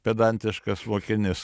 pedantiškas mokinys